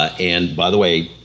and by the way,